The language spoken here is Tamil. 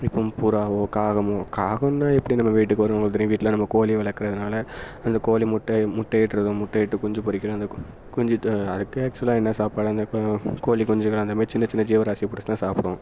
இப்போது புறாவோ காகமோ காகம்னால் எப்படி நம்ம வீட்டுக்கு வரும் உங்களுக்கு தெரியும் வீட்டில நம்ம கோழி வளக்கிறதுனால அந்த கோழி முட்டை முட்டையிட்றது முட்டையிட்டு குஞ்சு பொரிக்கிற அந்த கு குஞ்சு து அதுக்கு ஆக்சுவலாக என்ன சாப்பாடு வைப்போம் கோழிக்குஞ்சிகள் அந்த மாதிரி சின்ன சின்ன ஜீவராசியாக பிடிச்சிதான் சாப்பிடும்